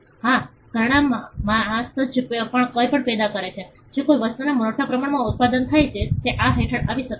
હા ઘરેણાં માસ જે કંઈપણ પેદા કરે છે જે કોઈ વસ્તુમાં મોટા પ્રમાણમાં ઉત્પન્ન થાય છે તે આ હેઠળ આવી શકે છે